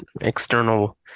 external